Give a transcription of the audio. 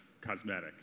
cosmetic